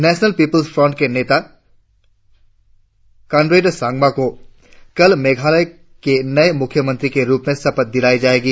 national People's Party के नेता Conrad Sangma को कल मेघालय के नये मुख्यमंत्री के रुप में शपथ दिलाई जाएगी